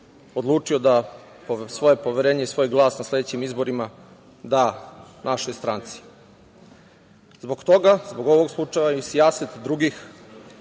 odlučio da svoje poverenje i svoj glas na sledećim izborima da našoj stranci. Zbog toga, zbog ovog slučaja i sijaset drugih